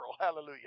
Hallelujah